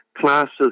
Classes